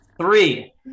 Three